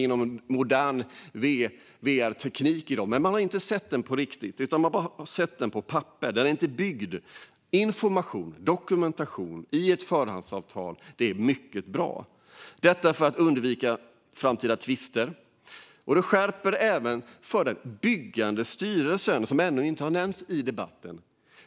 Man har kanske sett bostaden genom modern VR-teknik men inte på riktigt utan bara på papper. Bostaden är ännu inte byggd. Ett avtal är bra för att undvika framtida tvister. Det inskärper även ansvaret för den byggande styrelsen. Den byggande styrelsen har ännu inte nämnts i debatten.